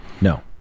no